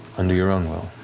under your own will,